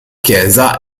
chiesa